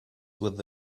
with